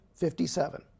57